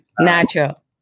Natural